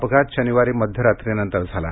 अपघात शनिवारी मध्यरात्रीनंतर झाला